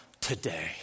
today